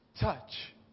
touch